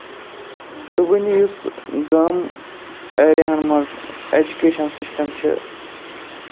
تہٕ وُنہِ یُس کَم ایریا ہَن منٛز ایجُکیشَن سِسٹم چھُ